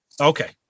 Okay